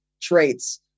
traits